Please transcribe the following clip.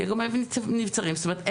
זאת אומרת,